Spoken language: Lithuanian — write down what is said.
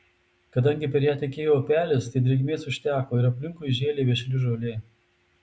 kadangi per ją tekėjo upelis tai drėgmės užteko ir aplink žėlė vešli žolė